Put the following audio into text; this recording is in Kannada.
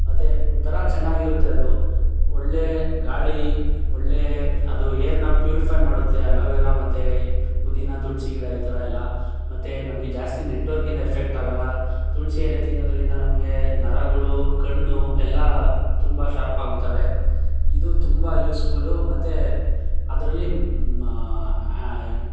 ಮತ್ತೆ ಒಂಥರ ಚೆನ್ನಾಗಿರುತ್ತೆ ಅದು ಒಳ್ಳೆಯ ಗಾಳಿ ಒಳ್ಳೆಯ ಅದು ಏರನ್ನ ಪ್ಯೂರಿಫೈ ಮಾಡುತ್ತೆ ಅಲೋ ವೆರಾ ಮತ್ತು ಪುದೀನಾ ತುಳಸಿ ಗಿಡ ಈ ಥರ ಎಲ್ಲ ಮತ್ತು ನಮಗೆ ಜಾಸ್ತಿ ನೆಟ್ವರ್ಕಿಂದ ಎಫೆಕ್ಟ್ ಆಗೋಲ್ಲ ತುಳಸಿ ಎಲೆ ತಿನ್ನೋದರಿಂದ ನಮಗೆ ನರಗಳು ಕಣ್ಣು ಎಲ್ಲ ತುಂಬ ಶಾರ್ಪ್ ಆಗ್ತವೆ ಇದು ತುಂಬ ಯೂಸ್ಫುಲು ಮತ್ತು ಅದರಲ್ಲಿ